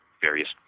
various